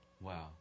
Wow